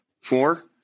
Four